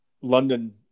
London